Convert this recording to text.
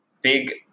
big